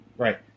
Right